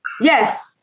yes